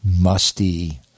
musty